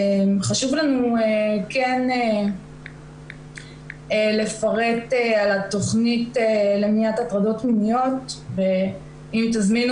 חשוב לנו כן לפרט על התוכנית למניעת הטרדות מיניות ואם תזמינו